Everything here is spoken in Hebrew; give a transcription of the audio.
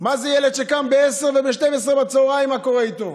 מה זה ילד שקם ב-10:00 וב-12:00, מה קורה איתו.